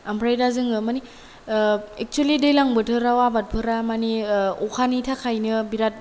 आमफ्राय दा जोङो मानि एखसुयेलि दैलां बोथोराव आबादफोरा मानि अखानि थाखायनो बिराथ